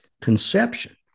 conception